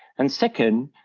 and second,